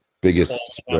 biggest